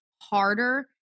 harder